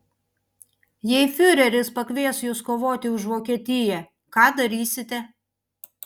jei fiureris pakvies jus kovoti už vokietiją ką darysite